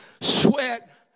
sweat